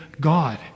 God